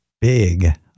big